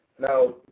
Now